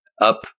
up